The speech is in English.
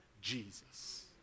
Jesus